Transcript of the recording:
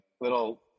little